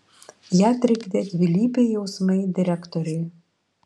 ją trikdė dvilypiai jausmai direktoriui